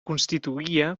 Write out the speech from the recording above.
constituïa